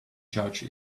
charge